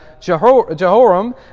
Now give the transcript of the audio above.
Jehoram